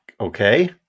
Okay